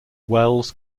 welles